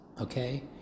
okay